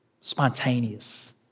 Spontaneous